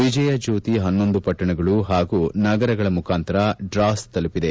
ವಿಜಯಜ್ಞೋತಿ ಪನ್ನೊಂದು ಪಟ್ಟಣಗಳು ಹಾಗೂ ನಗರಗಳ ಮುಖಾಂತರ ಡ್ರಾಸ್ ತಲುಪಿದೆ